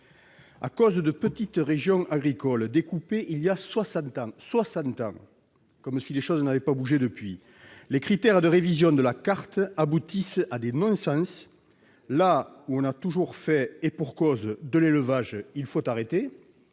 À cause de petites régions agricoles découpées il y a soixante ans- comme si les choses n'avaient pas bougé depuis lors !-les critères de révision de la carte aboutissent à des non-sens : là où l'on a toujours pratiqué de l'élevage, il faut arrêter